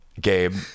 Gabe